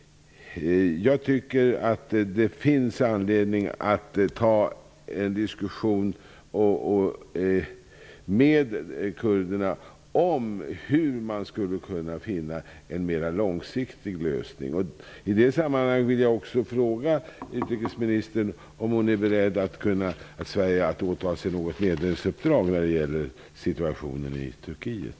Jag tycker att det finns anledning att ta en diskussion med kurderna om hur man skulle kunna finna en mera långsiktig lösning. I det sammanhanget skulle jag vilja fråga utrikesministern om hon är beredd att medverka till att Sverige åtar sig ett hedersuppdrag när det gäller situationen i Turkiet.